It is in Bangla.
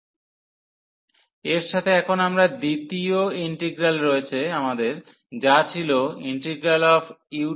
u1u2fxα fxαdxu1u2fx1dx ξ1ααΔα এর সাথে এখন আমাদের দ্বিতীয় ইন্টিগ্রাল রয়েছে যা ছিল u2u2αfxαdx